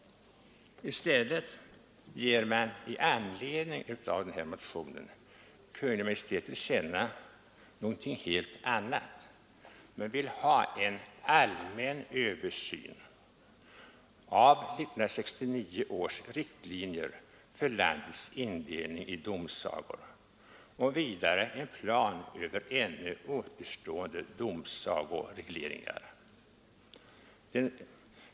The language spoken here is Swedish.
I stället ger man i anledning av motionen Kungl. Maj:t till känna någonting helt annat. Man vill ha en allmän översyn av 1969 års riktlinjer för landets indelning i domsagor och vidare en plan över ännu återstående domsagoregleringar.